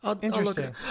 Interesting